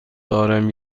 دارم